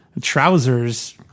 trousers